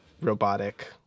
robotic